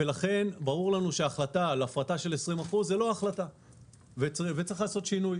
ברור לנו שהחלטה על הפרטה של 20% היא לא החלטה וצריך לעשות שינוי,